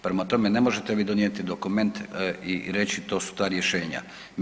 Prema tome, ne možete vi donijeti dokument i reći to su ta rješenja.